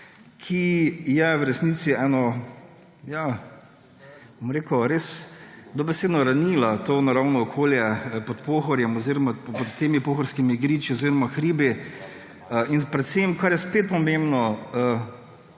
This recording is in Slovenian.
ki je v resnici res dobesedno ranila to naravno okolje pod Pohorjem oziroma pod temi pohorskimi griči oziroma hribi in predvsem, kar je spet pomembno,